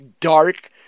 dark